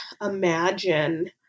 imagine